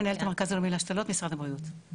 מנהלת המרכז הלאומי להשתלות ממשרד הבריאות.